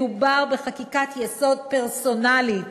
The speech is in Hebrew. מדובר בחקיקת יסוד פרסונלית,